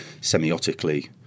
semiotically